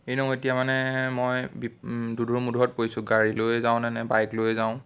এনেও এতিয়া মানে মই বি দোধোৰ মোধোৰত পৰিছোঁ গাড়ী লৈয়ে যাওঁ নে বাইক লৈয়ে যাওঁ